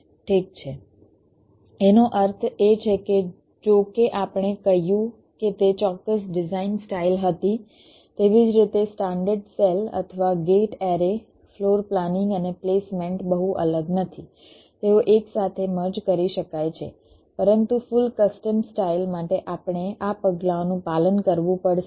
ઠીક છે એનો અર્થ એ છે કે જો કે આપણે કહ્યું કે તે ચોક્કસ ડિઝાઇન સ્ટાઇલ હતી તેવી જ રીતે સ્ટાન્ડર્ડ સેલ અથવા ગેટ એરે ફ્લોર પ્લાનિંગ અને પ્લેસમેન્ટ બહુ અલગ નથી તેઓ એકસાથે મર્જ કરી શકાય છે પરંતુ ફુલ કસ્ટમ સ્ટાઇલ માટે આપણે આ પગલાંઓનું પાલન કરવું પડશે